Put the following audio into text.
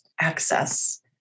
access